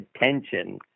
attention